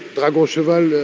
dragon-cheval, and